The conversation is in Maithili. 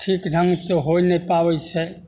ठीक ढङ्गसँ होइ नहि पाबय छै